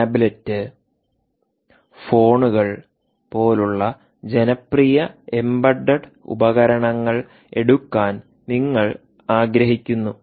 tablet ഫോണുകൾ tablet phones പോലുള്ള ജനപ്രിയ എംബഡഡ് ഉപകരണങ്ങൾ എടുക്കാൻ നിങ്ങൾ ആഗ്രഹിക്കുന്നു